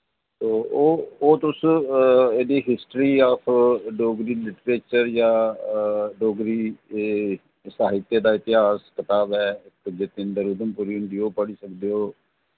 ते ओ ओह् तुस ऐह्दी हिस्ट्री आफ डोगरी लिटरेचर यां डोगरी ए साहित्य दा इतिहास कताब ऐ जितेंदर उधमपुरी हुंदी ओह् पढ़ी सकदे ओ